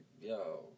yo